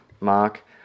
Mark